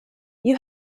you